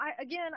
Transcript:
again